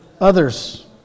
Others